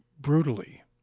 brutally